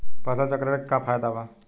फसल चक्रण के फायदा का बा?